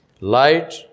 Light